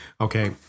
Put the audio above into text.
Okay